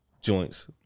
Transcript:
joints